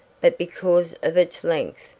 but because of its length,